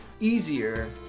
easier